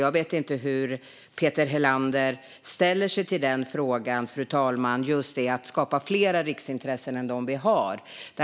Jag vet inte hur Peter Helander ställer sig till frågan om att skapa fler riksintressen än dem som vi har, fru talman.